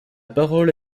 parole